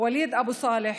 וליד אבו סאלח,